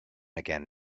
again